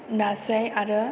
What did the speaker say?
नास्राय आरो